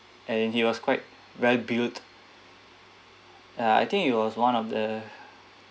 and he was quite right build ah I think he was one of the